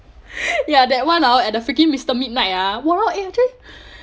ya that one ah and the freaking mister midnight ah !wah! it